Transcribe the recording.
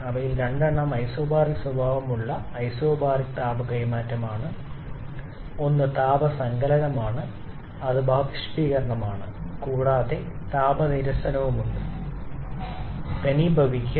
അവയിൽ രണ്ടെണ്ണം ഐസോബറിക് സ്വഭാവമുള്ള ഐസോബറിക് താപകൈമാറ്റമാണ് ഒന്ന് താപ സങ്കലനമാണ് അത് ബാഷ്പീകരണമാണ് കൂടാതെ താപ നിരസനവുമുണ്ട് ഘനീഭവിക്കൽ